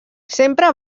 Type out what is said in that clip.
sempre